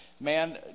man